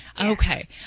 Okay